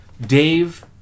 Dave